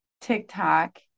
TikTok